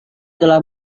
telah